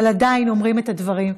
אבל עדיין אומרים את הדברים.